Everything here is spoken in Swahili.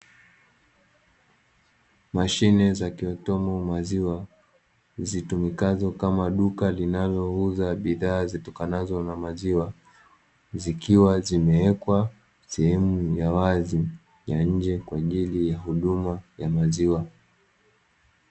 Mashine za kiotomo maziwa zitumikazo kama duka linalouza bidhaa zitokanazo na maziwa, zikiwa zimewekwa sehemu ya wazi ya nje kwa ajili ya huduma ya maziwa.